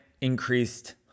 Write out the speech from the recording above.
increased